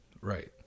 Right